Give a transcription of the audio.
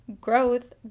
growth